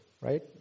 right